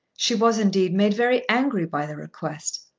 she was indeed made very angry by the request.